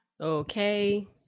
okay